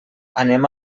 anem